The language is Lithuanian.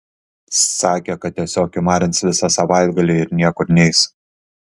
sakė kad tiesiog kimarins visą savaitgalį ir niekur neis